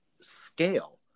scale